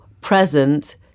present